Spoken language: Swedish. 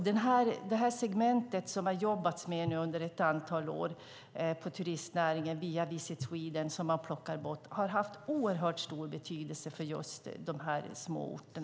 Detta segment, som man har jobbat med under ett antal år på turistnäringen via Visit Sweden och som man plockar bort, har haft oerhört stor betydelse för just dessa små orter.